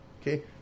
Okay